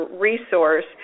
resource